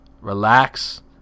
relax